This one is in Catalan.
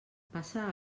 passa